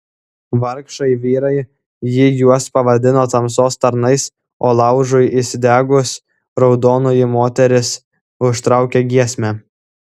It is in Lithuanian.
vargšai vyrai ji juos pavadino tamsos tarnais o laužui įsidegus raudonoji moteris užtraukė giesmę